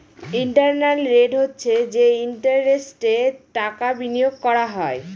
internal rate হচ্ছে যে ইন্টারেস্টে টাকা বিনিয়োগ করা হয়